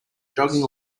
jogging